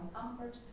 comfort